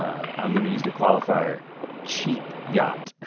um i'm gonna use the qualifier cheap yacht.